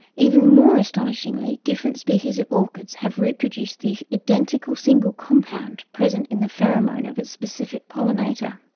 even more astonishingly, different species of orchids have reproduced the identical single compound present in the pheromone of its specific pollinator.